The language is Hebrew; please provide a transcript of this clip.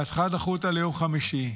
בהתחלה דחו אותה ליום חמישי,